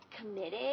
committed